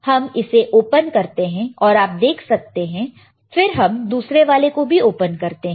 हम इसे ओपन करते हैं तो आप देख सकते हैं फिर हम दूसरे वाले को भी ओपन करते हैं